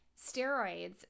steroids